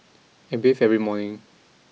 I bathe every morning